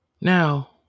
Now